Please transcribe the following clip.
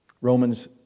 Romans